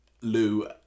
Lou